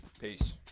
Peace